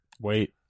Wait